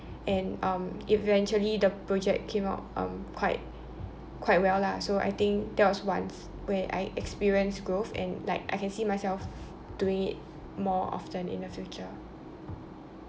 and um eventually the project came out um quite quite well lah so I think that was once where I experienced growth and like I can see myself doing it more often in the future